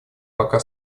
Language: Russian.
пока